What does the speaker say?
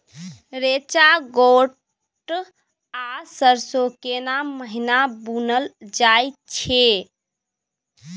रेचा, गोट आ सरसो केना महिना बुनल जाय छै?